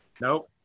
Nope